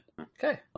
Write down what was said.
okay